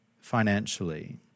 financially